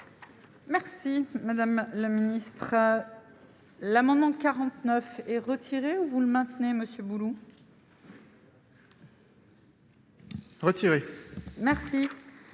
Merci madame la ministre, l'amendement 49 et retirée ou vous le maintenez Monsieur boulons. Retiré merci.